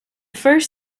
first